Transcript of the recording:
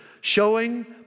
Showing